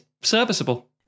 serviceable